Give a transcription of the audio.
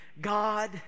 God